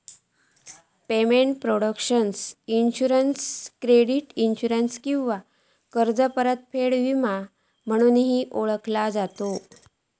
payment protection insurance credit insurance किंवा कर्ज परतफेड विमो म्हणूनही ओळखला जाता